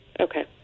Okay